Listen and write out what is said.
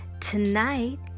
Tonight